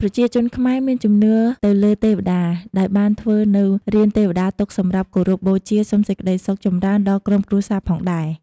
ប្រជាជនខ្មែរមានជំនឿទៅលើទេវតា ដោយបានធ្វើនូវរានទេវតាទុកសម្រាប់គោរពបូជាសុំសេចក្ដីសុខចម្រើនដល់ក្រុមគ្រួសារផងដែរ